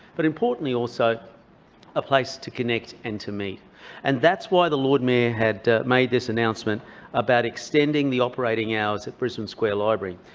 but importantly also a place to connect and to meet. and that's why the lord mayor had made this announcement about extending the operating hours at brisbane square library.